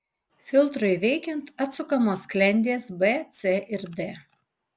filtrui veikiant atsukamos sklendės b c ir d